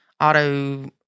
auto